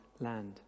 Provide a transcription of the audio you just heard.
land